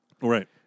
right